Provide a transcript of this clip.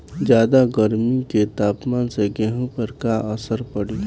ज्यादा गर्मी के तापमान से गेहूँ पर का असर पड़ी?